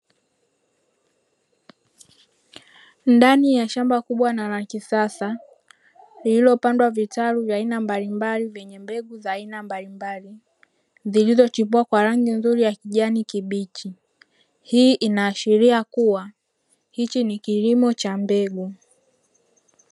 Ndani ya shamba kubwa na la kisasa lililopandwa vitaru vya aina mbalimbali vyenye mbegu za aina mbalimbali zilizotibiwa kwa rangi nzuri ya kijani kibichi, hii inaashiria kuwa hichi ni kilimo cha mbegu.